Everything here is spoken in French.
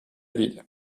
lille